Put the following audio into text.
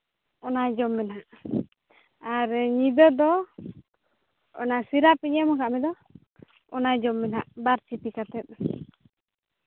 ᱚᱱᱟ ᱡᱚᱢ ᱢᱮ ᱱᱟᱦᱟᱜ ᱟᱨ ᱧᱤᱫᱟᱹ ᱫᱚ ᱚᱱᱟ ᱥᱤᱨᱟᱯᱤᱧ ᱮᱢ ᱠᱟᱜ ᱢᱮᱫᱚ ᱚᱱᱟ ᱡᱚᱢ ᱢᱮ ᱦᱟᱸᱜ ᱵᱟᱨ ᱪᱷᱤᱯᱤ ᱠᱟᱛᱮᱫ